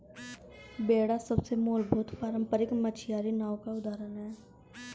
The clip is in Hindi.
बेड़ा सबसे मूलभूत पारम्परिक मछियारी नाव का उदाहरण है